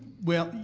well,